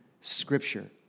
Scripture